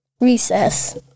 recess